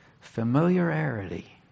Familiarity